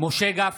משה גפני,